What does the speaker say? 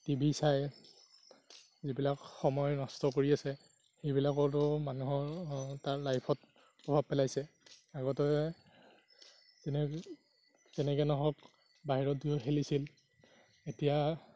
T V চাই যিবিলাক সময় নষ্ট কৰি আছে সেইবিলাকৰো মানুহৰ তাৰ লাইফত প্ৰভাৱ পেলাইছে আগতে যেনেকে যেনেকে নহওক বাহিৰত গৈয়ো খেলিছিল এতিয়া